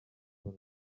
paul